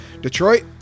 Detroit